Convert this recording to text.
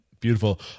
Beautiful